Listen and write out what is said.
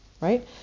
Right